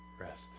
rest